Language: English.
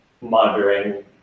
monitoring